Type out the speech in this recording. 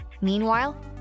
Meanwhile